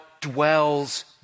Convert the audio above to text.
dwells